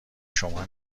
شما